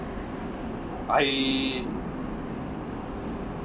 I